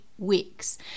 weeks